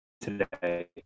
today